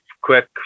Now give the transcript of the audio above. quick